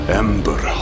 ember